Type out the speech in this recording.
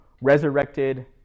resurrected